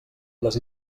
les